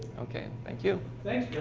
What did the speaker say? okay thank you thank